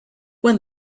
when